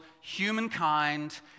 humankind